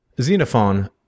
Xenophon